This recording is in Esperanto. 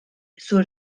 sur